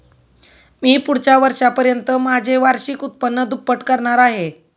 मी पुढच्या वर्षापर्यंत माझे वार्षिक उत्पन्न दुप्पट करणार आहे